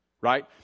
right